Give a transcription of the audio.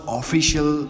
official